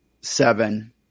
Seven